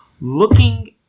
Looking